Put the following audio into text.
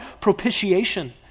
propitiation